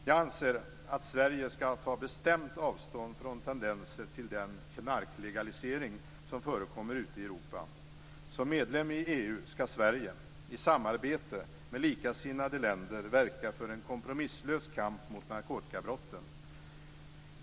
Jag anser att Sverige bestämt skall ta avstånd från de tendenser till knarklegalisering som förekommer ute i Europa. Som medlem i EU skall Sverige i samarbete med likasinnade länder verka för en kompromisslös kamp mot narkotikabrotten.